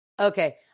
Okay